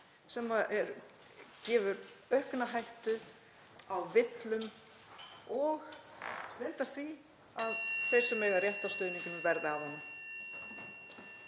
sem gefur aukna hættu á villum og því að þeir sem eiga rétt á stuðningnum verði af honum.